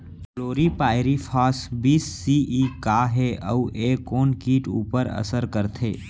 Chlorpyrifos बीस EC का हे अऊ ए कोन किट ऊपर असर करथे?